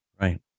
Right